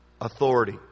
authority